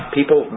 People